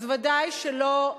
אז ודאי שלא,